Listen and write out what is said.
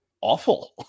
awful